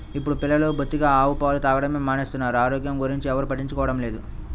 ఇప్పుడు పిల్లలు బొత్తిగా ఆవు పాలు తాగడమే మానేస్తున్నారు, ఆరోగ్యం గురించి ఎవ్వరు పట్టించుకోవడమే లేదు